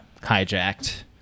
hijacked